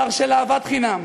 אתר של אהבת חינם.